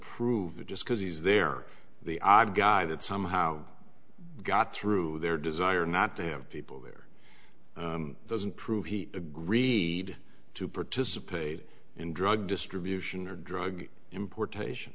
that just because he's there the odd guy that somehow got through their desire not to have people there doesn't prove he agreed to participate in drug distribution or drug importation